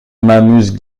m’amuse